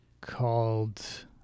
called